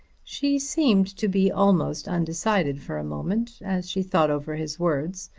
she seemed to be almost undecided for a moment as she thought over his words.